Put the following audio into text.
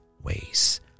ways